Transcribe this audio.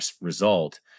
result